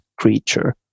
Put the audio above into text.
creature